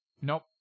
Nope